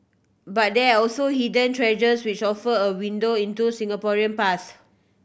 but there are also hidden treasures which offer a window into Singaporean past